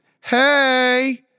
Hey